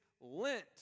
lent